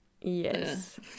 Yes